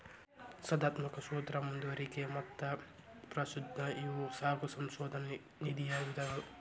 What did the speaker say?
ಸ್ಪರ್ಧಾತ್ಮಕ ಸೂತ್ರ ಮುಂದುವರಿಕೆ ಮತ್ತ ಪಾಸ್ಥ್ರೂ ಇವು ನಾಕು ಸಂಶೋಧನಾ ನಿಧಿಯ ವಿಧಗಳು